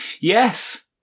yes